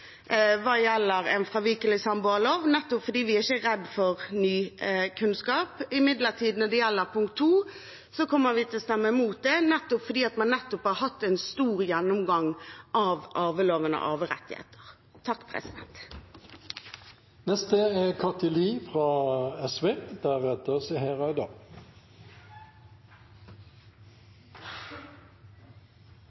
en fravikelig samboerlov, nettopp fordi vi ikke er redde for ny kunnskap. Vi kommer imidlertid til å stemme mot punkt nr. 2, jf. forslag nr. 1 fra SV og Venstre, fordi man nettopp har hatt en stor gjennomgang av arveloven og